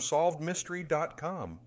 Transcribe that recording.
SolvedMystery.com